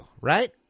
Right